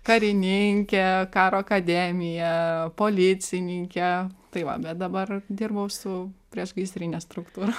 karininkė karo akademija policininkė tai va bet dabar dirbu su priešgaisrine struktūra